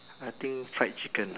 I think fried chicken